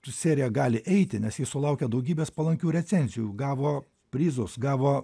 serija gali eiti nes ji sulaukė daugybės palankių recenzijų gavo prizus gavo